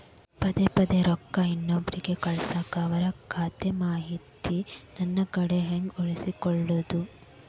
ಪದೆ ಪದೇ ರೊಕ್ಕ ಇನ್ನೊಬ್ರಿಗೆ ಕಳಸಾಕ್ ಅವರ ಖಾತಾ ಮಾಹಿತಿ ನನ್ನ ಕಡೆ ಹೆಂಗ್ ಉಳಿಸಿಕೊಳ್ಳೋದು?